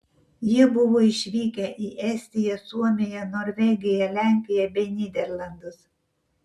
jie buvo išvykę į estiją suomiją norvegiją lenkiją bei nyderlandus